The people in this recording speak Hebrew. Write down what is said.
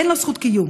אין לה זכות קיום.